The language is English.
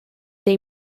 they